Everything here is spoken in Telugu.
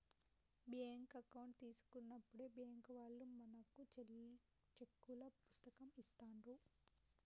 బ్యేంకు అకౌంట్ తీసుకున్నప్పుడే బ్యేంకు వాళ్ళు మనకు చెక్కుల పుస్తకం ఇస్తాండ్రు